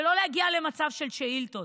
ולא להגיע למצב של שאילתות,